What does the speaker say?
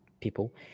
People